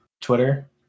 Twitter